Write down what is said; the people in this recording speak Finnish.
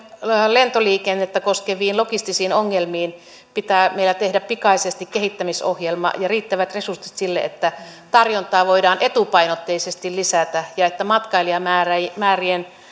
lentoliikennettä koskeviin logistisiin ongelmiin pitää meillä tehdä pikaisesti kehittämisohjelma ja riittävät resurssit sille että tarjontaa voidaan etupainotteisesti lisätä ja että matkailijamäärien